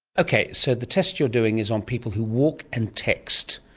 okay, so the test you're doing is on people who walk and text,